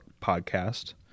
podcast